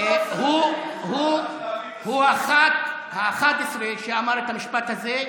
הוא הח"כ ה-11 שאמר את המשפט הזה.